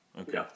Okay